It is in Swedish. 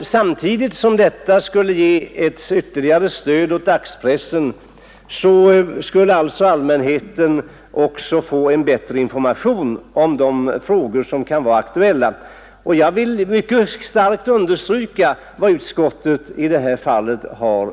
Samtidigt som detta skulle ge ett ytterligare stöd åt dagspressen skulle alltså allmänheten få en bättre information om de frågor som kan vara aktuella. Jag vill mycket starkt understryka vad utskottet anfört i detta fall.